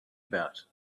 about